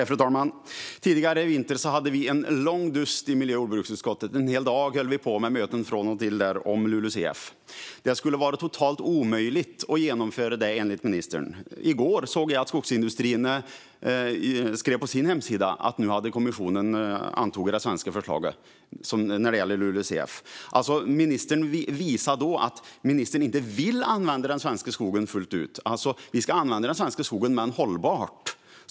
Fru talman! Tidigare, i vintras, hade vi en lång dust i miljö och jordbruksutskottet. En hel dag från och till höll vi på med möten om LULUCF. Enligt ministern skulle det vara totalt omöjligt att genomföra det. I går såg jag att Skogsindustrierna på sin hemsida skriver att kommissionen nu har antagit det svenska förslaget gällande LULUCF. Ministern visar därför att hon inte vill använda den svenska skogen fullt ut. Vi ska använda den svenska skogen - men hållbart.